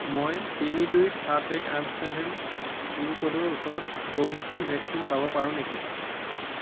মই তিনি দুই সাত এক আঠ চেভেন পিনক'ডৰ ওচৰত কোভিচিল্ড ভেকচিন পাব পাৰোঁ নেকি